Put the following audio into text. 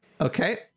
Okay